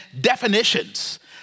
definitions